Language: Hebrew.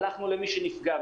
הלכנו למי שנפגע,